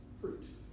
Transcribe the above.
fruit